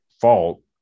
fault